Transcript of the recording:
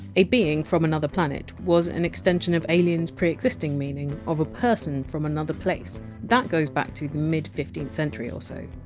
a being from another planet! was an extension of! alien! s preexisting meaning of a person from another place, which goes back to the mid fifteenth century or so.